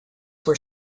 were